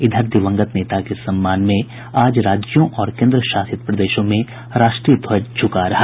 इधर दिवगंत नेता के सम्मान में आज राज्यों और केन्द्र शासित प्रदेशों में राष्ट्रीय ध्वज झुका रहा